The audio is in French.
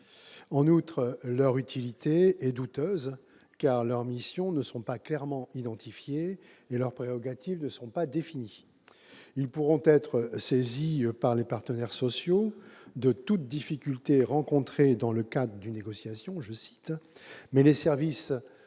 En outre, leur utilité est douteuse, car leurs missions ne sont pas clairement identifiées et leurs prérogatives ne sont pas définies. Ces instances pourront être saisies par les partenaires sociaux de « toutes difficultés rencontrées dans le cadre d'une négociation », mais les services